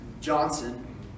Johnson